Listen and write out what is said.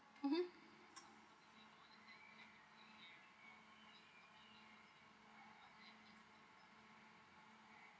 mmhmm